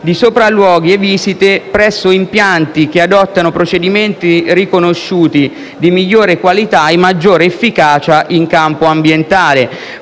di sopralluoghi e visite presso impianti che adottano procedimenti riconosciuti di migliore qualità e maggiore efficacia in campo ambientale,